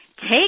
Take